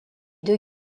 deux